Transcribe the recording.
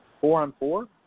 four-on-four